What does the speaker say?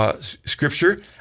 scripture